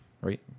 right